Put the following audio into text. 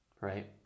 right